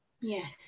Yes